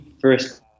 first